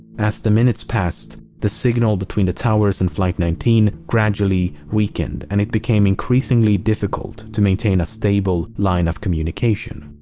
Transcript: as the minutes passed, the signal between the towers and flight nineteen gradually weakened and it became increasingly difficult to maintain a stable line of communication.